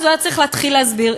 אז הוא היה צריך להתחיל להסביר.